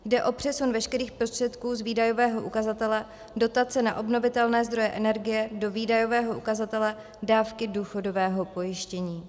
Jde o přesun veškerých prostředků z výdajového ukazatele dotace na obnovitelné zdroje energie do výdajového ukazatele dávky důchodového pojištění.